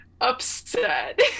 Upset